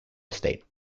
estate